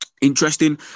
interesting